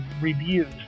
reviews